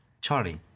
charlie